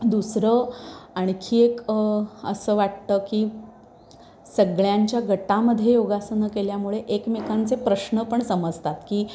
दुसरं आणखी एक असं वाटतं की सगळ्यांच्या गटामध्ये योगासनं केल्यामुळे एकमेकांचे प्रश्न पण समजतात की